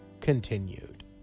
continued